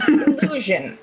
illusion